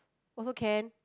also can